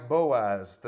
Boaz